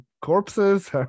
corpses